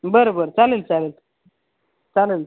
बरं बरं चालेल चालेल चालेल